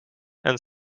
and